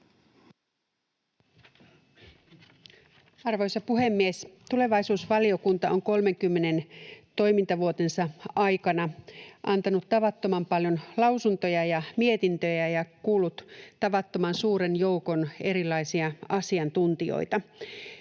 Arvoisa puhemies! Tulevaisuusvaliokunta on 30 toimintavuotensa aikana antanut tavattoman paljon lausuntoja ja mietintöjä ja kuullut tavattoman suuren joukon erilaisia asiantuntijoita,